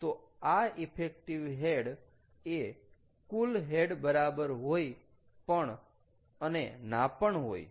તો આ effective head એ કુલ હેડ બરાબર હોય પણ અને ના પણ હોય